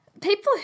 People